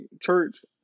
church